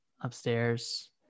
upstairs